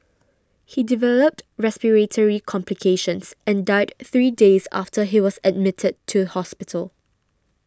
he developed respiratory complications and died three days after he was admitted to hospital